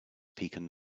pecan